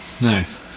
nice